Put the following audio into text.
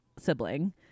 sibling